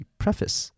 preface